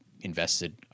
invested